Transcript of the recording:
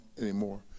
anymore